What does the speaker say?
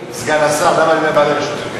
סגן השר, למה אני אומר ועדה משותפת?